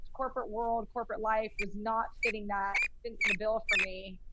corporate world corporate life was not fitting that in the bill for me.